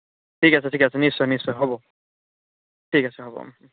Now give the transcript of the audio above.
ঠিক আছে ঠিক আছে নিশ্চয় নিশ্চয় হ'ব ঠিক আছে হ'ব